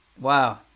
Wow